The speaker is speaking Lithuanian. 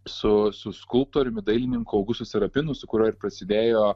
su su skulptoriumi dailininku augustu serapinu su kuriuo ir prasidėjo